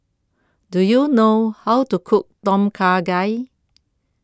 do you know how to cook Tom Kha Gai